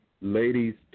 ladies